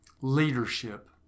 Leadership